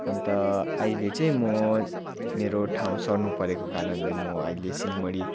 अन्त अहिले चाहिँ म मेरो ठाउँ सर्नु परेको कारणले मो अहिले सिँहमारी